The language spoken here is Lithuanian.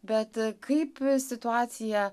bet kaip situaciją